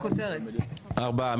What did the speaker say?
ארבעה.